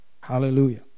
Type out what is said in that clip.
Hallelujah